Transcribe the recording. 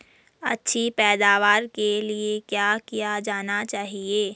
अच्छी पैदावार के लिए क्या किया जाना चाहिए?